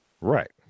Right